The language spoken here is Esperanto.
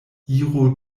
iru